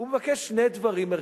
הוא מבקש שני דברים מרכזיים: